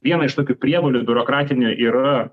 viena iš tokių prievolių biurokratinių yra